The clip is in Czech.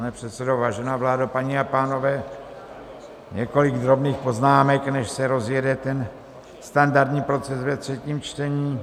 Pane předsedo, vážená vládo, paní a pánové, několik drobných poznámek, než se rozjede standardní proces ve třetím čtení.